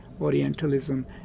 Orientalism